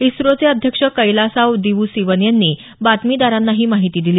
इस्रोचे अध्यक्ष कैलासाव दिवू सिवन यांनी बातमीदारांना ही माहिती दिली